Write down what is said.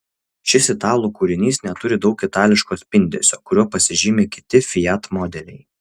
šis italų kūrinys neturi daug itališko spindesio kuriuo pasižymi kiti fiat modeliai